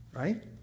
Right